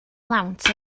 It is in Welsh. lawnt